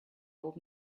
old